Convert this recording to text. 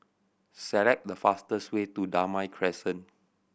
select the fastest way to Damai Crescent